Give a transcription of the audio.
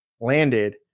landed